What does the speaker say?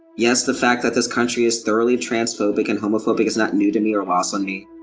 yes, the fact that this country is thoroughly transphobic and homophobic is not new to me or lost on me.